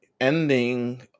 ending